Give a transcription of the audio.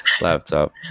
laptop